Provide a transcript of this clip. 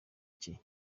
cye